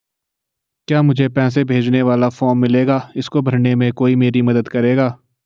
क्या मुझे पैसे भेजने वाला फॉर्म मिलेगा इसको भरने में कोई मेरी मदद करेगा?